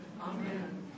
Amen